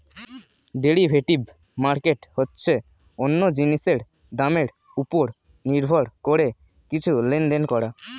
derivative market হচ্ছে অন্য জিনিসের দামের উপর নির্ভর করে কিছু লেনদেন করা